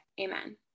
Amen